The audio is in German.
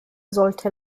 sollte